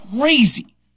crazy